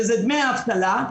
שזה דמי האבטלה,